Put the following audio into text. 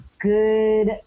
good